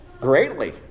greatly